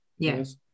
Yes